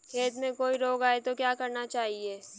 खेत में कोई रोग आये तो क्या करना चाहिए?